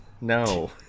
no